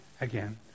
again